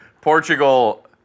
Portugal